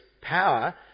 power